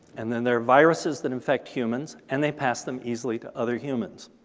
and then there are viruses that infect humans, and they pass them easily to other humans.